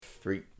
Three